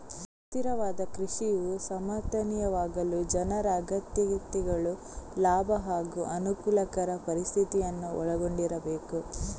ಸುಸ್ಥಿರವಾದ ಕೃಷಿಯು ಸಮರ್ಥನೀಯವಾಗಲು ಜನರ ಅಗತ್ಯತೆಗಳು ಲಾಭ ಹಾಗೂ ಅನುಕೂಲಕರ ಪರಿಸ್ಥಿತಿಯನ್ನು ಒಳಗೊಂಡಿರಬೇಕು